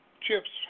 Chips